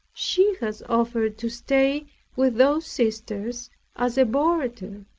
she has offered to stay with those sisters as a boarder.